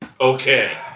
Okay